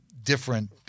different